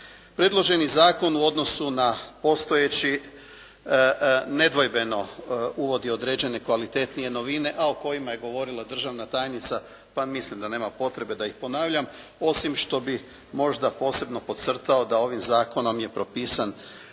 Predloženi zakon u odnosu na postojeći nedvojbeno uvodi određene kvalitetnije novine a o kojima je govorila državna tajnica pa mislim da nema potrebe da ih ponavljam, osim što bih možda posebno podcrtao da ovim zakonom je propisan